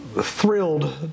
thrilled